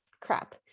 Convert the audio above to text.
crap